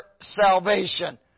salvation